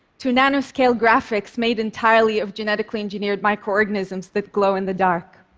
to nanoscale graphics made entirely of genetically engineered microorganisms that glow in the dark.